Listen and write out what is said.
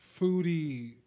foodie